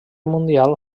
mundial